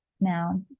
now